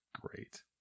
Great